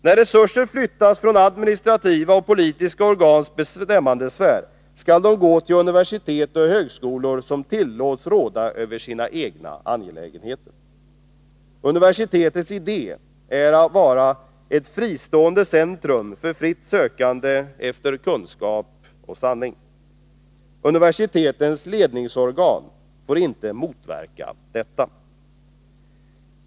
När resurser flyttas från administrativa och politiska organs bestämmandesfär skall de gå till universitet och högskolor som tillåts råda över sina egna angelägenheter. Universitetens idé är att vara ett fristående centrum för fritt sökande efter kunskap och sanning. Universitetens ledningsorgan får inte motverka detta.